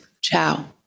Ciao